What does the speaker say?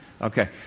Okay